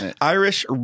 Irish